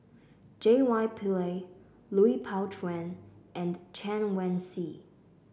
J Y Pillay Lui Pao Chuen and Chen Wen Hsi